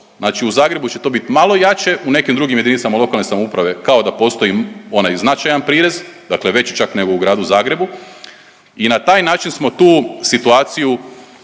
znači u Zagrebu će to bit malo jače, u nekim drugim JLS kao da postoji onaj značajan prirez, dakle veći čak nego u Gradu Zagrebu i na taj način smo tu situaciju